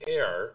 air